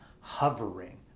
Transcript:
hovering